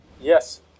Yes